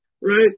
right